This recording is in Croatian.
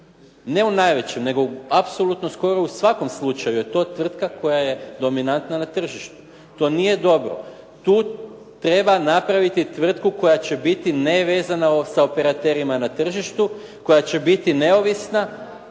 nego apsolutno skoro u svakom slučaju je to tvrtka koja je dominantna na tržištu. To nije dobro. Tu treba napraviti tvrtku koja će biti nevezana sa operaterima na tržištu, koja će biti neovisna,